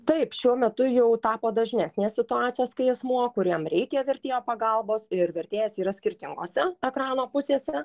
taip šiuo metu jau tapo dažnesnės situacijos kai asmuo kuriam reikia vertėjo pagalbos ir vertėjas yra skirtingose ekrano pusėse